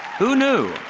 who knew?